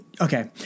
Okay